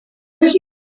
cîteaux